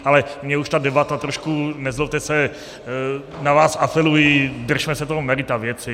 Ale mně už ta debata trošku, nezlobte se... na vás apeluji, držme se merita věci.